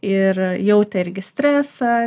ir jautė irgi stresą